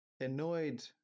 annoyed